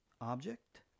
Object